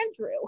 Andrew